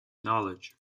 knowledge